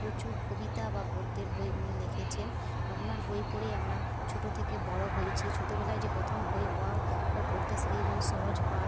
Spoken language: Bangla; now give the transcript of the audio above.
প্রচুর কবিতা বা গদ্যের বই উনি লিখেছেন ওনার বই পড়েই আমরা ছোট থেকে বড় হয়েছি ছোটবেলায় যে প্রথম বই অ আ পড়তে শিখেছি আমরা সহজ পাঠ